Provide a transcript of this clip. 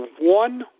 one